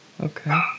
Okay